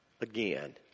again